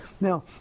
Now